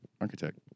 architect